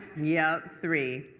yep, three,